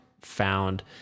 found